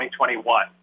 2021